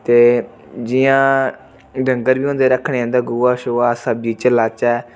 ते जियां डंगर बी होंदे रक्खने उं'दा गोहा शोहा सब्जी बिच्च लाचै